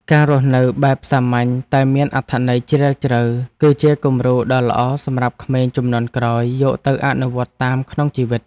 ការរស់នៅបែបសាមញ្ញតែមានអត្ថន័យជ្រាលជ្រៅ គឺជាគំរូដ៏ល្អសម្រាប់ក្មេងជំនាន់ក្រោយយកទៅអនុវត្តតាមក្នុងជីវិត។